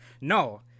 no